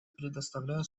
предоставляю